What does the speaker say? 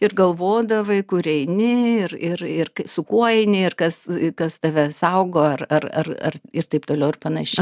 ir galvodavai kur eini ir ir ir su kuo eini ir kas kas tave saugo ar ar ar ar ir taip toliau ir panašiai